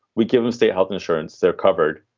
we give them state health insurance. they're covered.